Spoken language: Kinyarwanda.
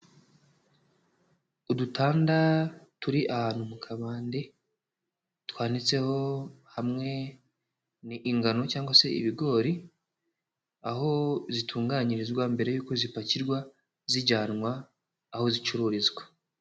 Udutanda turi ahantu mu kabande, twanitseho hamwe n'ingano cyangwa se ibigori, aho zitunganyirizwa mbere yuko zipakirwa zijyanwa aho zicururizwa.